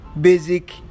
basic